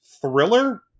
thriller